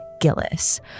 Gillis